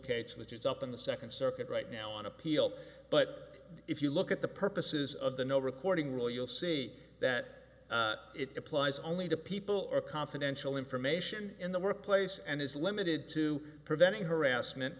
it's up in the second circuit right now on appeal but if you look at the purposes of the no recording rule you'll see that it applies only to people or confidential information in the workplace and is limited to preventing harassment